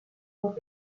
und